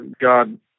God